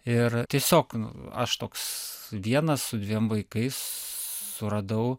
ir tiesiog nu aš toks vienas su dviem vaikais suradau